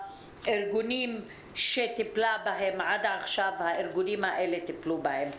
הארגונים שעד עכשיו הארגונים האלה טיפלו בהן.